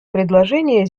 предложение